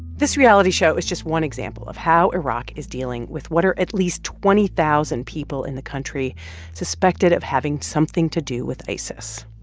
this reality show is just one example of how iraq is dealing with what are at least twenty thousand people in the country suspected of having something to do with isis.